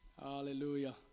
Hallelujah